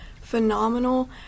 phenomenal